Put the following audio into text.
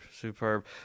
superb